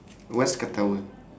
what's ketawa